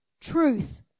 truth